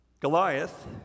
Goliath